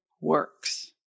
works